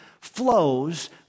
flows